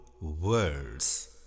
words